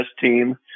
team